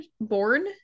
born